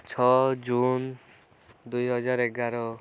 ଛଅ ଜୁନ ଦୁଇହଜାର ଏଗାର